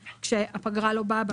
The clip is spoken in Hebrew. בבקשה.